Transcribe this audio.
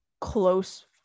close